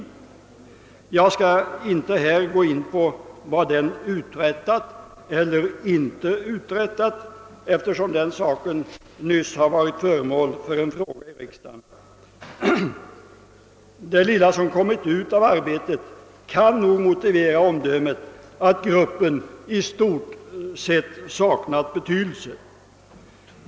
Jag skall inte här gå in på vad den uträttat eller inte uträttat, ef tersom den saken nyligen har varit föremål för en fråga i riksdagen. Det lilla som kommit ut av arbetet kan nog motivera omdömet, att gruppen i stort sett saknat betydelse.